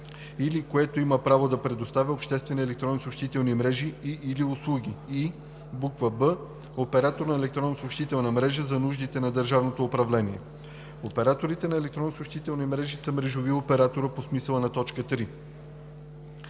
или което има право да предоставя обществени електронни съобщителни мрежи и/или услуги, и б) оператор на електронна съобщителна мрежа за нуждите на държавното управление. Операторите на електронни съобщителни мрежи са мрежови оператори по смисъла на т. 3.